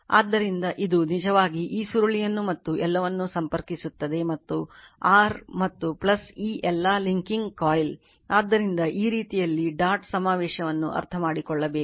ಆದ್ದರಿಂದ ಇದು ನಿಜವಾಗಿ ಈ ಸುರುಳಿಯನ್ನು ಮತ್ತು ಎಲ್ಲವನ್ನು ಸಂಪರ್ಕಿಸುತ್ತದೆ ಮತ್ತು r ಮತ್ತು ಈ ಎಲ್ಲಾ ಲಿಂಕಿಂಗ್ ಕಾಯಿಲ್ ಆದ್ದರಿಂದ ಈ ರೀತಿಯಲ್ಲಿ ಡಾಟ್ ಸಮಾವೇಶವನ್ನು ಅರ್ಥಮಾಡಿಕೊಳ್ಳಬೇಕು